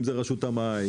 אם זו רשות המים,